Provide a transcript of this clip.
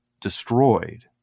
destroyed